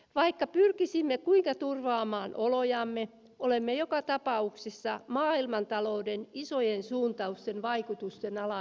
vaikka pyrkisimme kuinka turvaamaan olojamme olemme joka tapauksessa maailmanta louden isojen suuntausten vaikutusten alaisia